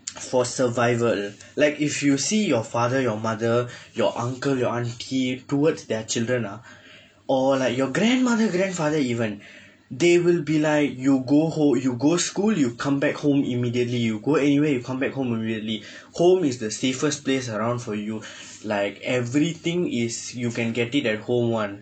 for survival like if you see your father your mother your uncle your aunty towards their children ah or like your grandmother grandfather even they will be like you go ho~ you go school you come back home immediately you go anywhere you come back home immediately home is the safest place around for youth like everything is you can get it at home one